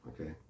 Okay